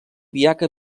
diaca